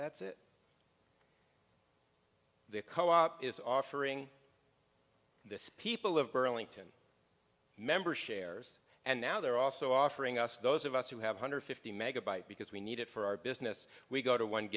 that's it the co op is offering this people of burlington member shares and now they're also offering us those of us who have hundred fifty megabyte because we need it for our business we go to one